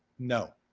no.